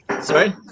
Sorry